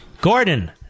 Gordon